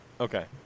Okay